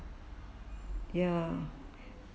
ya